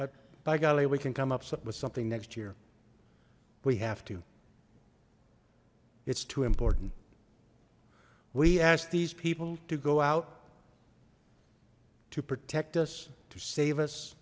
but by golly we can come up with something next year we have to it's too important we ask these people to go out to protect us to save us